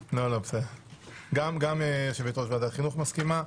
גם יושבת-ראש ועדת החינוך מסכימה.